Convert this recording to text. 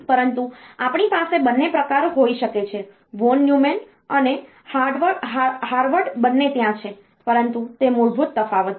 પરંતુ આપણી પાસે બંને પ્રકાર હોઈ શકે છે વોન ન્યુમેન અને હાર્વર્ડ બંને ત્યાં છે પરંતુ તે મૂળભૂત તફાવત છે